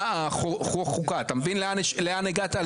אתה מבין לאן הגעת?